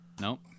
Nope